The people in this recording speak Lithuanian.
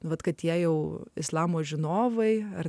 vat kad jei jau islamo žinovai ar